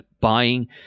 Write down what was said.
buying